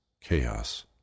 Chaos